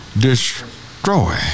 destroy